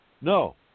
No